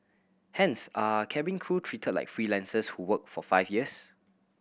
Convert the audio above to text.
hence are cabin crew treated like freelancers who work for five years